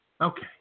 Okay